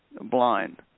blind